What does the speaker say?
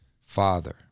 father